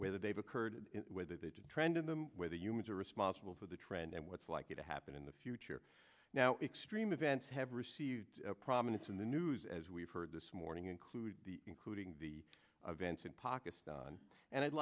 whether they've occurred whether they did trend in them whether humans are responsible for the trend and what's likely to happen in the future now extreme events have received prominence in the news as we've heard this morning include the including the events in pockets and i'd